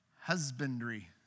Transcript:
husbandry